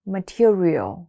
Material